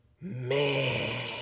man